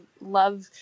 love